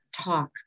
talk